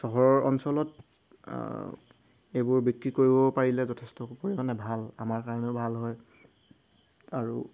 চহৰৰ অঞ্চলত এইবোৰ বিক্ৰী কৰিব পাৰিলে যথেষ্ট পৰিমাণে ভাল আমাৰ কাৰণেও ভাল হয় আৰু